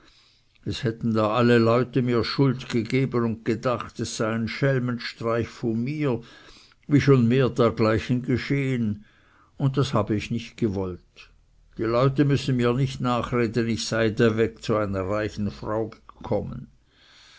es hätten da alle leute mir schuld gegeben und gedacht es sei ein schelmenstreich von mir wie schon mehr dergleichen geschehen und das habe ich nicht gewollt die leute müssen mir nicht nachreden ich sei dä weg zu einer reichen frau gekommen